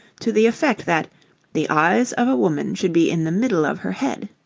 to the effect that the eyes of a woman should be in the middle of her head.